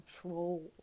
control